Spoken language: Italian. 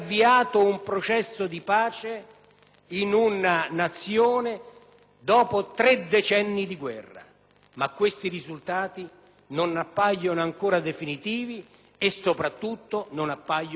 ma tali risultati non appaiono ancora definitivi e soprattutto non appaiono consolidati. Il processo di stabilizzazione è fortemente minacciato dall'insorgenza,